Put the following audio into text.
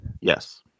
Yes